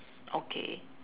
okay